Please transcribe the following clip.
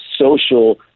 social